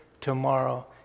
tomorrow